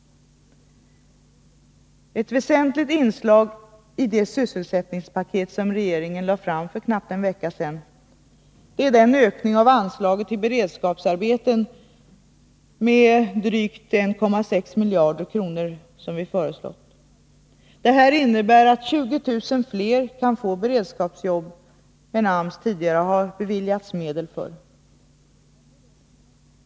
Ett väsentligt inslag i det sysselsättningspaket som regeringen lade fram för knappt en vecka sedan är den ökning av anslaget till beredskapsarbeten med drygt 1,6 miljarder kronor som vi föreslår. Detta innebär att 20 000 fler kan få beredskapsjobb än AMS tidigare har beviljats medel för.